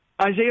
Isaiah